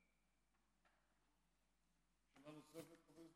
שאלה נוספת.